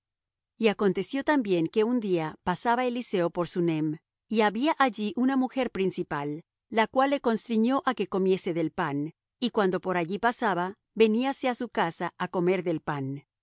y aconteció también que un día pasaba eliseo por sunem y había allí una mujer principal la cual le constriñó á que comiese del pan y cuando por allí pasaba veníase á su casa á comer del pan